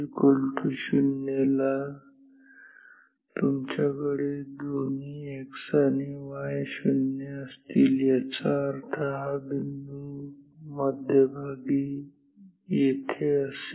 t0 ला तुमच्याकडे दोन्ही x आणि y शून्य असतील याचा अर्थ हा बिंदू येथे मध्यभागी असेल